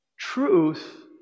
Truth